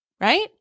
right